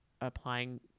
applying